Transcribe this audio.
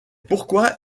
pourquoi